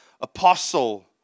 apostle